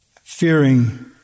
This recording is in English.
fearing